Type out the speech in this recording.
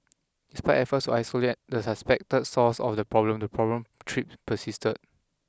despite efforts to isolate the suspected source of the problem the problem trips persisted